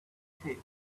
face